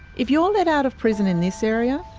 if you're let out of prison in this area,